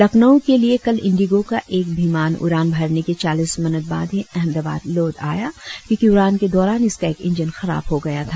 लखनऊ के लिए कल इंडिगों का एक विमान उड़ान भरने के चालीस मिनट बाद ही अहमदाबाद लौट आया क्योंकि उड़ान के दौरान इसका एक इंजन खराब हो गया था